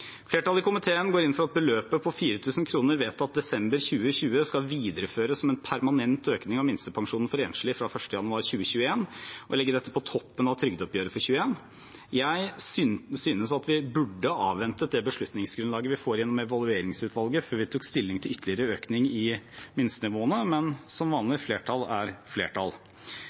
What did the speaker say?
Flertallet i komiteen går inn for at beløpet på 4 000 kr vedtatt i desember 2020 skal videreføres som en permanent økning av minstepensjonen for enslige, fra 1. januar 2021, og legges på toppen av trygdeoppgjøret for 2021. Jeg synes vi burde ha avventet det beslutningsgrunnlaget vi får gjennom evalueringsutvalget, før vi tok stilling til ytterligere økninger i minstenivåene, men som vanlig: Flertall er flertall.